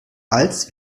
als